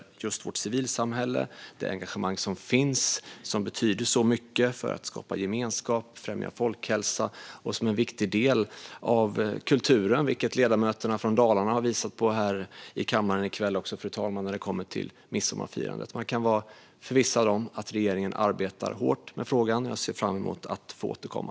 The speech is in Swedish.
Det handlar just om vårt civilsamhälle och det engagemang som finns, som betyder mycket för att skapa gemenskap och främja folkhälsa och som är en viktig del av kulturen - det har också ledamöterna från Dalarna visat på här i kammaren i kväll, fru talman, när det kommer till midsommarfirandet. Man kan vara förvissad om att regeringen arbetar hårt med frågan. Jag ser fram emot att återkomma.